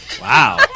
Wow